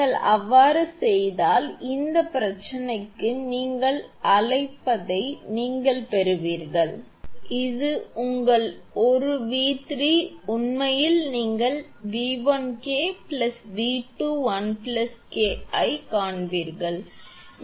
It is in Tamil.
நீங்கள் அவ்வாறு செய்தால் இந்தப் பிரச்சனைக்கு நீங்கள் அழைப்பதை நீங்கள் பெறுவீர்கள் இது உங்கள் ஒரு 𝑉3 உண்மையில் நீங்கள் 𝑉1𝐾 𝑉2 1 𝐾 ஐக் காண்பீர்கள்